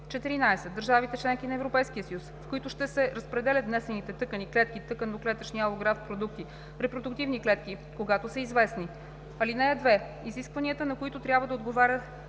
14. държавите – членки на Европейския съюз, в които ще се разпределят внесените тъкани, клетки, тъканно-клетъчни алографт продукти, репродуктивни клетки, когато са известни. (2) Изискванията, на които трябва да отговаря